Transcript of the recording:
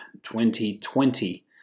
2020